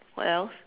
what else